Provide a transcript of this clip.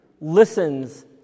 listens